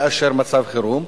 לאשר מצב חירום,